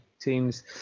teams